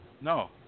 no